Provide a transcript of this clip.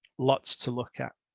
lots to look at.